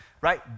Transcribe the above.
right